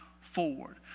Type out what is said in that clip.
forward